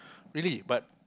really but